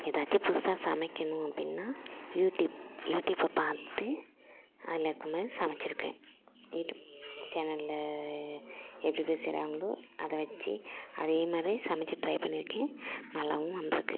எதாச்சும் புதுசாக சமைக்கணும் அப்படின்னா யூட்யூப் யூட்யூப் பார்த்து அதில் இருக்கமாதிரி சமைச்சிருக்கேன் யூட்யூப் சேனலில் எப்படி எப்படி செய்றாங்களோ அதை வச்சு அதே மாதிரி சமைச்சு ட்ரை பண்ணியிருக்கேன் நல்லாவும் வந்துருக்கு